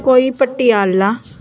ਕੋਈ ਪਟਿਆਲਾ